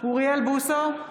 אוריאל בוסו,